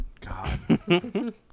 god